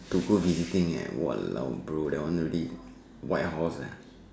to go visiting eh !walao! bro that one really white horse eh